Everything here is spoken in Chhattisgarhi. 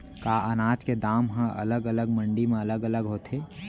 का अनाज के दाम हा अलग अलग मंडी म अलग अलग होथे?